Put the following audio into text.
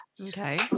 Okay